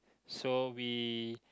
so we